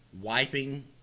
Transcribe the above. wiping